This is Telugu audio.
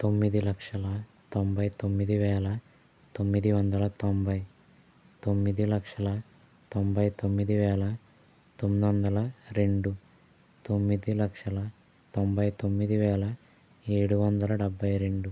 తొమ్మిది లక్షల తొంభై తొమ్మిది వేల తొమ్మిది వందల తొంభై తొమ్మిది లక్షల తొంభై తొమ్మిది వేల తొమ్మిది వందల రెండు తొమ్మిది లక్షల తొంభై తొమ్మిది వేల ఏడు వందల డెబ్బై రెండు